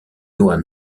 joan